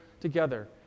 together